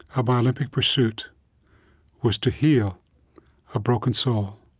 of my olympic pursuit was to heal a broken soul.